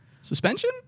Suspension